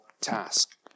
task